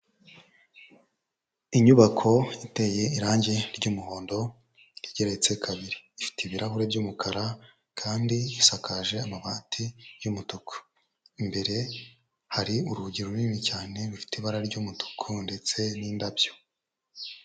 Inyubako iteye irangi ry'umuhondo igereretse kabiri, ifite ibirahuri by'umutuku kandi isakaje amabati y'umutuku, imbere hari urugi runini cyane rufite ibara ry'umutuku ndetse n'indabyo.